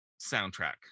soundtrack